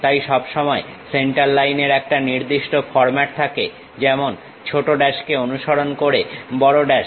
তাই সবসময় সেন্টার লাইনের একটা নির্দিষ্ট ফর্মাট থাকে যেমন ছোট ড্যাশ কে অনুসরণ করে বড় ড্যাশ